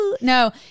No